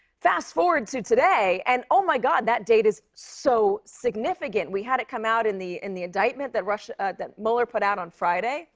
fast-forward to today, and, oh, my god, that date is so significant. we had it come out in the in the indictment that russia that mueller put out on friday,